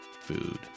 food